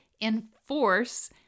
enforce